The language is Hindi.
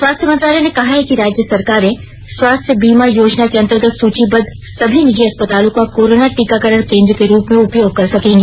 स्वास्थ्य मंत्रालय ने कहा है कि राज्य सरकारें स्वास्थ्य बीमा योजना के अंतर्गत सुचीबद्ध सभी निजी अस्पतालों का कोरोना टीकाकरण कोन्द्र के रूप में उपयोग कर सकेंगी